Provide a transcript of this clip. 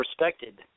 respected